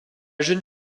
jeune